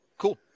Cool